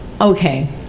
okay